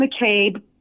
McCabe